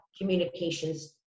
communications